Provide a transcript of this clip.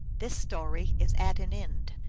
this story is at an end.